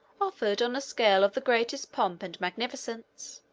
offered on a scale of the greatest pomp and magnificence.